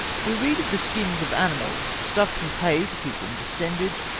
we read of the skins of animals, stuffed with hay to keep them distended,